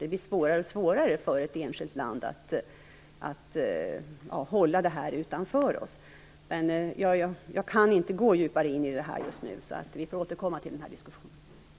Det blir svårare och svårare för ett enskilt land att hålla det här utanför oss. Jag kan inte gå djupare in i detta just nu, så vi får återkomma till den diskussionen.